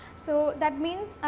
so that means,